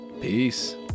peace